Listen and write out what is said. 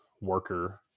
worker